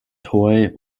toy